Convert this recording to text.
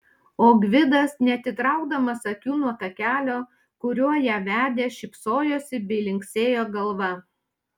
o gvidas neatitraukdamas akių nuo takelio kuriuo ją vedė šypsojosi bei linksėjo galva